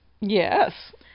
yes